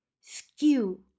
skew